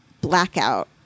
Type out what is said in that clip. Blackout